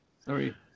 Sorry